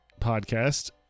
podcast